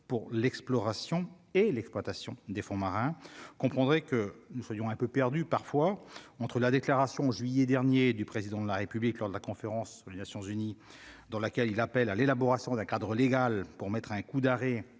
pour l'exploration et l'exploitation des fonds marins comprendrait que nous soyons un peu perdu parfois entre la déclaration juillet dernier du président de la République lors de la conférence Zuni dans laquelle il appelle à l'élaboration d'un cadre légal pour mettre un coup d'arrêt